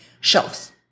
shelves